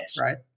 right